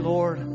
Lord